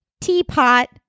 teapot